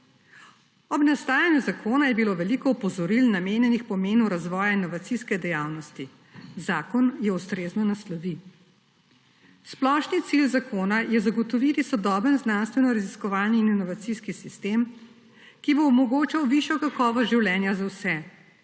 Ob nastajanju zakona je bilo veliko opozoril namenjenih pomenu razvoja inovacijske dejavnosti, zakon jo ustrezno naslovi. Splošni cilj zakona je zagotoviti sodoben znanstvenoraziskovalni in inovacijski sistem, ki bo omogočal višjo kakovost življenja za vse s